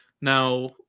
Now